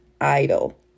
idol